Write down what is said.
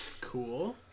Cool